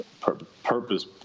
purpose